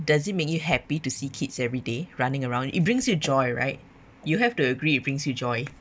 does it make you happy to see kids every day running around it brings you joy right you have to agree it brings you joy